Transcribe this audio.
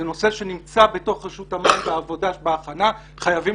זה נושא שנמצא בתוך רשות המים בהכנה וחייבים